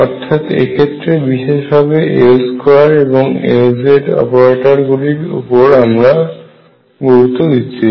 অর্থাৎ এক্ষেত্রে বিশেষভাবে L2এবং Lz অপারেটর গুলির উপর আমরা গুরুত্ব দিচ্ছি